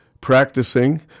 practicing